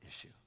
issue